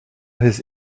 his